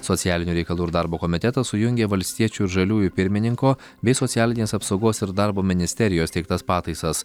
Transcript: socialinių reikalų ir darbo komitetas sujungė valstiečių ir žaliųjų pirmininko bei socialinės apsaugos ir darbo ministerijos teiktas pataisas